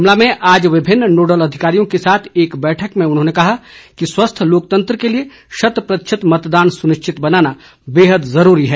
शिमला में आज विभिन्न नोडल अधिकारियों के साथ एक बैठक में उन्होंने कहा कि स्वस्थ लोकतंत्र के लिए शत प्रतिशत मतदान सुनिश्चित बनाना बेहद जरूरी है